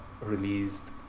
released